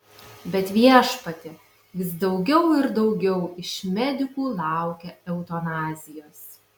bet viešpatie vis daugiau ir daugiau iš medikų laukia eutanazijos